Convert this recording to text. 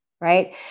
right